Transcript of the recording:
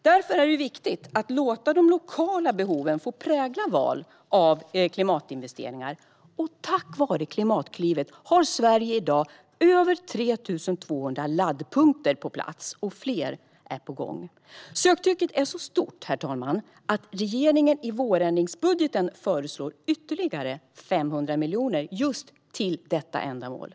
Därför är det viktigt att låta de lokala behoven få prägla val av klimatinvesteringar. Tack vare Klimatklivet har Sverige i dag över 3 200 laddpunkter på plats, och fler är på gång. Söktrycket är så stort, herr talman, att regeringen i vårändringsbudgeten föreslår ytterligare 500 miljoner just till detta ändamål.